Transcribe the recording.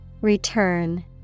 Return